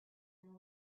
and